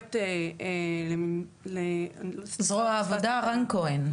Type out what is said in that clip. קוראת לזרוע העבודה, רן כהן,